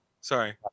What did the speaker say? Sorry